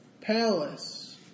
palace